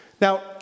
Now